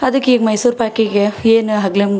ಅದಕ್ಕೆ ಈಗ ಮೈಸೂರು ಪಾಕಿಗೆ ಏನು ಹಗ್ಲಂಗ್ಲ್